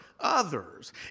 others